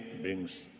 brings